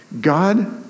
God